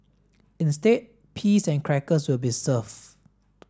instead peas and crackers will be served